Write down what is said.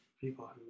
people